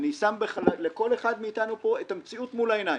אני שם לכל אחד מאיתנו פה את המציאות מול העיניים.